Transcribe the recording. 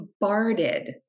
bombarded